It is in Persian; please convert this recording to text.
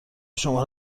شما